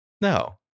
No